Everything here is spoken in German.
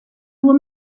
nur